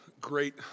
great